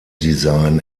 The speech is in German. design